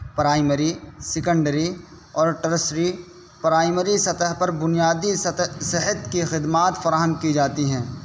primary secondary اور tertiary primary سطح پر بنیادی صحت کی خدمات فراہم کی جاتی ہیں